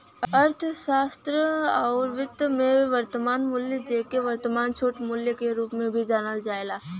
अर्थशास्त्र आउर वित्त में, वर्तमान मूल्य, जेके वर्तमान छूट मूल्य के रूप में भी जानल जाला